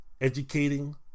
educating